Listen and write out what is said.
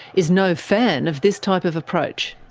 is no fan of this type of approach.